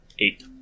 Eight